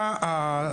אסביר,